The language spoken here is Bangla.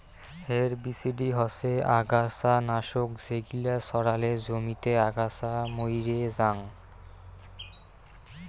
হেরবিসিডি হসে অগাছা নাশক যেগিলা ছড়ালে জমিতে আগাছা মইরে জাং